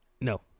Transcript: No